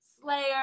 Slayer